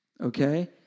Okay